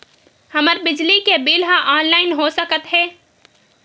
हमर बिजली के बिल ह ऑनलाइन हो सकत हे?